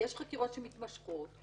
שיש חקירות שמתמשכות.